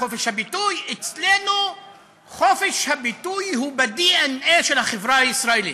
חופש הביטוי "אצלנו חופש הביטוי הוא בדנ"א של החברה הישראלית".